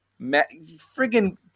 friggin